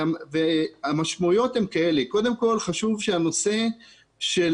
המשמעויות הן שקודם כל חשוב שהנושא של